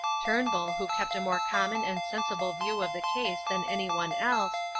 turnbull, who kept a more common and sensible view of the case than anyone else,